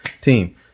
team